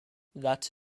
that